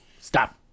Stop